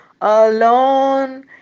alone